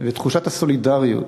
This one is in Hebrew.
ותחושת הסולידריות,